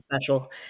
special